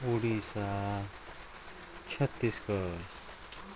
Odisha Chhattisgarh